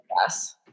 Yes